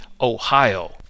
Ohio